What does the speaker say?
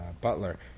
butler